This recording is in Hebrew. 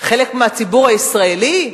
חלק מהציבור הישראלי.